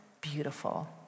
beautiful